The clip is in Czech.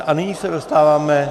A nyní se dostáváme...